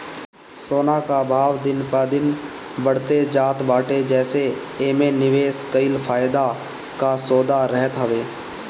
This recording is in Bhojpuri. सोना कअ भाव दिन प दिन बढ़ते जात बाटे जेसे एमे निवेश कईल फायदा कअ सौदा रहत हवे